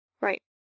Right